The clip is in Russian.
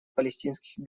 палестинских